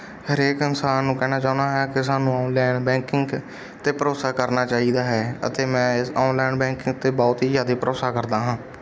ਹਰੇਕ ਇਨਸਾਨ ਨੂੰ ਕਹਿਣਾ ਚਾਹੁੰਦਾ ਹਾਂ ਕਿ ਸਾਨੂੰ ਔਨਲਾਈਨ ਬੈਂਕਿੰਗ 'ਤੇ ਭਰੋਸਾ ਕਰਨਾ ਚਾਹੀਦਾ ਹੈ ਅਤੇ ਮੈਂ ਇਸ ਔਨਲਾਈਨ ਬੈਂਕਿੰਗ 'ਤੇ ਬਹੁਤ ਹੀ ਜ਼ਿਆਦਾ ਭਰੋਸਾ ਕਰਦਾ ਹਾਂ